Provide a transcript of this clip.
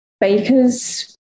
Baker's